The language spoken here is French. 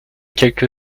quelque